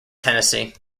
tennessee